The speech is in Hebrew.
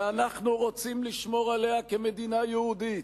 ואנחנו רוצים לשמור עליה כמדינה יהודית.